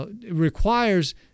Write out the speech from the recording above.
Requires